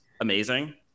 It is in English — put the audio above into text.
amazing